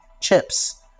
chips